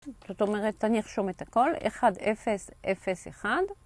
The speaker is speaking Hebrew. זאת אומרת, אני ארשום את הכל, 1, 0, 0, 1.